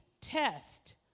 test